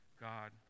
God